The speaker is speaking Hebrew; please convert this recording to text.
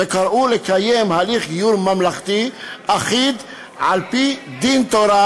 וקראו לקיים הליך גיור ממלכתי אחיד על-פי דין תורה,